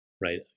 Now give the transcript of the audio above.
right